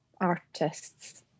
artists